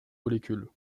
molécules